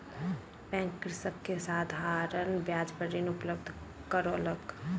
bank कृषक के साधारण ब्याज पर ऋण उपलब्ध करौलक